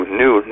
new